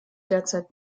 derzeit